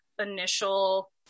initial